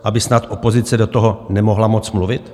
Aby snad opozice do toho nemohla moc mluvit?